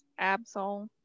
Absol